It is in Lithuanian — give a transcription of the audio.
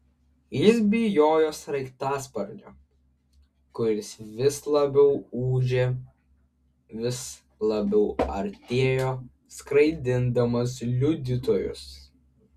jis bijojo sraigtasparnio kuris vis labiau ūžė vis labiau artėjo skraidindamas liudytojus